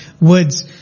words